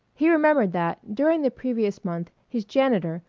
he remembered that during the previous month his janitor,